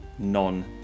Non